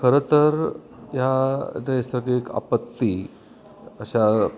खरं तर ह्या नैसर्गिक आपत्ती अशा